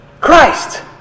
Christ